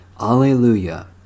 Alleluia